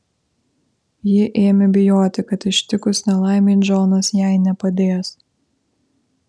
ji ėmė bijoti kad ištikus nelaimei džonas jai nepadės